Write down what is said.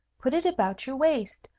put it about your waist.